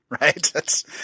right